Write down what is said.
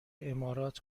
امارات